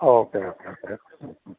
okay okay okay hmm mm